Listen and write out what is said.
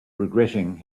regretting